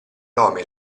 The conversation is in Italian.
nomi